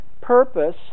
purpose